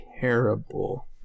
terrible